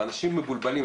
אנשים מבולבלים,